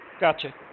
gotcha